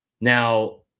now